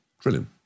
trillion